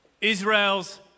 Israel's